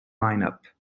lineup